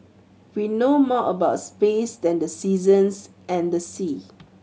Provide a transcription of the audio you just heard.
we know more about space than the seasons and the sea